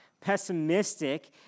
pessimistic